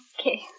Okay